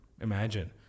imagine